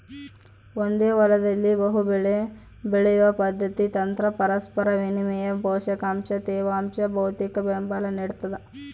ಒಂದೇ ಹೊಲದಲ್ಲಿ ಬಹುಬೆಳೆ ಬೆಳೆಯುವ ಪದ್ಧತಿ ತಂತ್ರ ಪರಸ್ಪರ ವಿನಿಮಯ ಪೋಷಕಾಂಶ ತೇವಾಂಶ ಭೌತಿಕಬೆಂಬಲ ನಿಡ್ತದ